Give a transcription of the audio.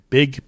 Big